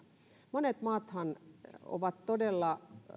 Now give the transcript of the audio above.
monet maathan todella